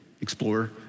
explore